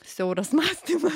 siauras mąstymas